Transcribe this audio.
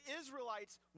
Israelites